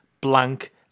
blank